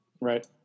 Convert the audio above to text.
Right